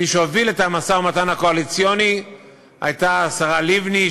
מי שהובילה את המשא-ומתן הייתה השרה לבני,